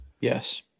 Yes